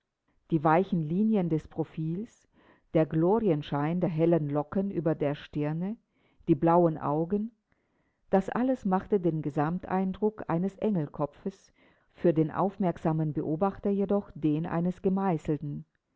die weichen linien des profils der glorienschein der hellen locken über der stirne die blauen augen das alles machte den gesamteindruck eines engelkopfes für den aufmerksamen beobachter jedoch den eines gemeißelten